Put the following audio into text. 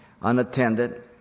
Unattended